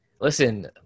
Listen